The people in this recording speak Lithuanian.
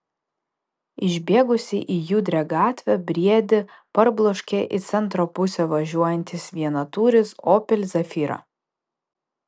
išbėgusį į judrią gatvę briedį parbloškė į centro pusę važiuojantis vienatūris opel zafira